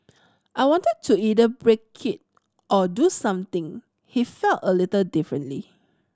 I wanted to either break it or do something he felt a little differently